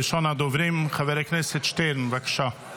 ראשון הדוברים חבר הכנסת שטרן, בבקשה.